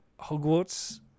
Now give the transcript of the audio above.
Hogwarts